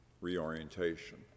reorientation